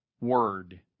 word